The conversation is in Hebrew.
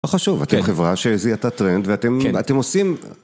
חשוב. ואתם חברה שזיהתה טרנד, ואתם עושים...